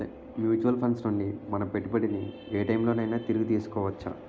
Mutual funds నుండి మన పెట్టుబడిని ఏ టైం లోనైనా తిరిగి తీసుకోవచ్చా?